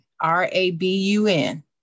R-A-B-U-N